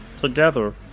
Together